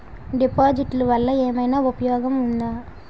డిపాజిట్లు వల్ల ఏమైనా ఉపయోగం ఉందా?